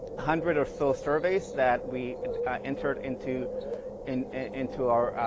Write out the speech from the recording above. hundred or so surveys that we entered into and into our